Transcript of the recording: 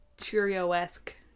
Cheerio-esque